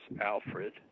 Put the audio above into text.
Alfred